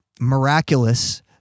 miraculous